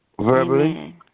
verbally